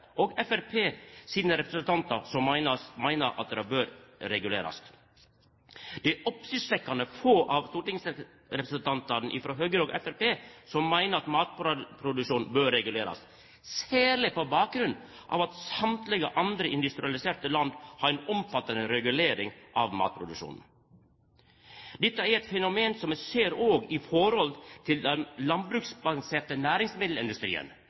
og Framstegspartiet sine representantar som meiner at han bør regulerast. Det er oppsiktsvekkjande få av stortingsrepresentantane frå Høgre og frå Framstegspartiet som meiner at matproduksjonen bør regulerast – særleg på bakgrunn av at alle andre industrialiserte land har ei omfattande regulering av matproduksjonen. Dette er eit fenomen som vi òg ser i forhold til den landbruksbaserte næringsmiddelindustrien.